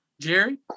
Jerry